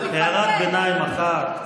הערת ביניים אחת,